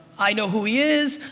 i know who he is,